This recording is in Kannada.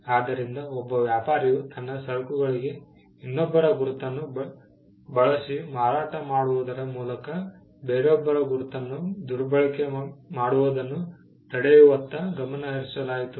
ಆದ್ದರಿಂದ ಒಬ್ಬ ವ್ಯಾಪಾರಿಯು ತನ್ನ ಸರಕುಗಳಿಗೆ ಇನ್ನೊಬ್ಬರ ಗುರುತನ್ನು ಬೆಳೆಸಿ ಮಾರಾಟ ಮಾಡುವುದರ ಮೂಲಕ ಬೇರೊಬ್ಬರ ಗುರುತನ್ನು ದುರ್ಬಳಕೆ ಮಾಡುವುದನ್ನು ತಡೆಯುವತ್ತ ಗಮನಹರಿಸಲಾಯಿತು